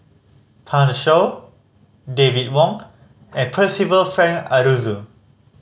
Pan Shou David Wong and Percival Frank Aroozoo